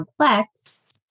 complex